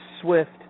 swift